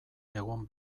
egon